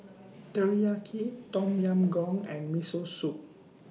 Teriyaki Tom Yam Goong and Miso Soup